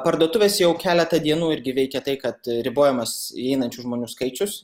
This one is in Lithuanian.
parduotuvės jau keletą dienų irgi veikė tai kad ribojamas įeinančių žmonių skaičius